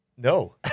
No